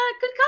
good